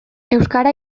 euskara